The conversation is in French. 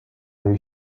œil